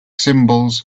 symbols